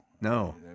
No